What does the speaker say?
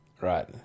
Right